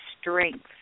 strength